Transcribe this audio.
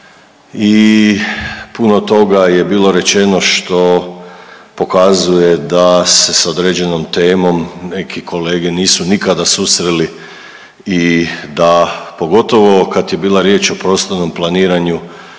i puno toga je bilo rečeno što pokazuje da se s određenom temom neki kolege nisu nikada susreli i da pogotovo kad je bila riječ o prostornom planiranju